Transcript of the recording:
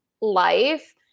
life